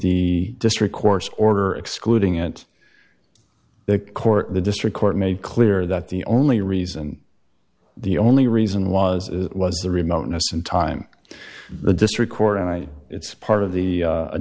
the district court's order excluding it the court the district court made clear that the only reason the only reason was it was the remoteness and time the district court and i it's part of the